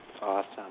Awesome